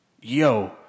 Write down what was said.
yo